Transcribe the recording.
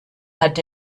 hat